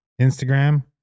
Instagram